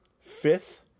fifth